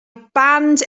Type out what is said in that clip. band